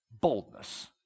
boldness